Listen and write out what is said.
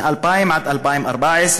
מ-2000 עד 2014,